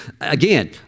Again